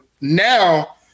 now